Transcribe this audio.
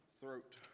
throat